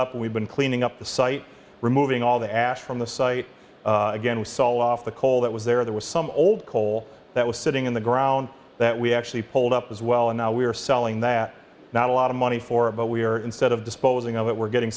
up we've been cleaning up the site removing all the ash from the site again we saw loft the coal that was there there was some old coal that was sitting in the ground that we actually pulled up as well and now we are selling that not a lot of money for it but we are instead of disposing of it we're getting